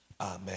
Amen